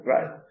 Right